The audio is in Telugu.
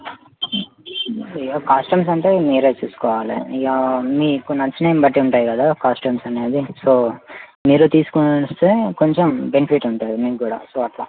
ఇక కాస్ట్యూమ్స్ అంటే మీరే చూసుకోవాలి ఇక అన్నీ మీకు నచ్చినవని బట్టి ఉంటాయి కదా కాస్ట్యూమ్స్ అనేవి సో మీరు తీసుకొని వస్తే కొంచెం బెనిఫిట్ ఉంటుంది మీక్కూడా సో అట్లా